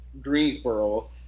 Greensboro